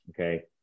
Okay